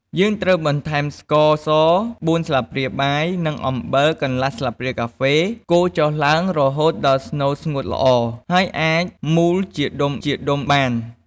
យើងត្រូវបន្ថែមស្ករស ៤ ស្លាបព្រាបាយ និងអំបិល កន្លះ ស្លាបព្រាកាហ្វេ កូរចុះឡើងរហូតដល់ស្នូលស្ងួតល្អ ហើយអាចមូលជាដុំៗបាន។